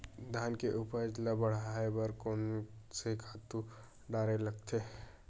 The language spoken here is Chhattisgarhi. धान के उपज ल बढ़ाये बर कोन से खातु डारेल लगथे?